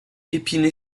épinay